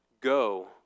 go